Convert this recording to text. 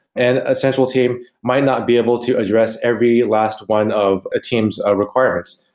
and a central team might not be able to address every last one of a team's ah requirements.